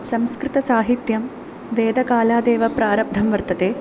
संस्कृतसाहित्यं वेदकालादेव प्रारब्धं वर्तते